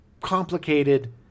complicated